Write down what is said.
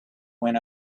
when